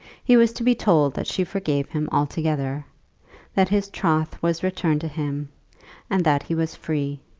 he was to be told that she forgave him altogether that his troth was returned to him and that he was free,